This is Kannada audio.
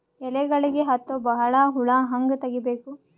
ಎಲೆಗಳಿಗೆ ಹತ್ತೋ ಬಹಳ ಹುಳ ಹಂಗ ತೆಗೀಬೆಕು?